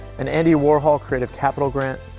an andy warhol creative capital grant,